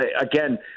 again